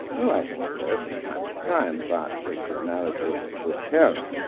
oh, i think so from time to time, but take the analogy of the good parent.